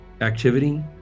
activity